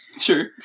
Sure